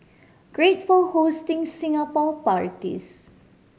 great for hosting Singapore parties